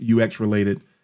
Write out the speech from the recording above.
UX-related